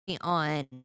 on